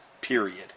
Period